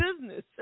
business